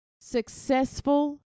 successful